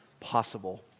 possible